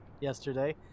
yesterday